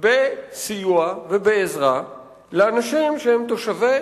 בסיוע ובעזרה לאנשים שהם תושבי